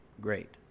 great